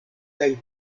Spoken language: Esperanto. kaj